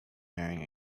wearing